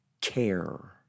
care